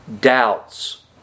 doubts